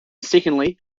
secondly